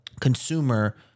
consumer